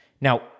Now